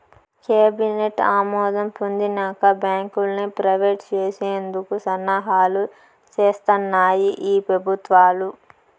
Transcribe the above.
cabinet ఆమోదం పొందినంక బాంకుల్ని ప్రైవేట్ చేసేందుకు సన్నాహాలు సేస్తాన్నాయి ఈ పెబుత్వాలు